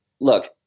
Look